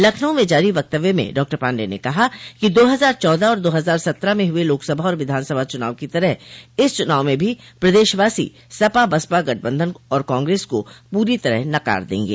लखनऊ में जारी वक्तव्य में डॉक्टर पाण्डेय ने कहा कि दो हजार चौदह और दो हजार सत्रह में हुए लोकसभा और विधानसभा चुनाव की तरह इस चुनाव में भी प्रदेशवासी सपा बसपा गठबंधन और कांग्रेस को पूरी तरह नकार देंगे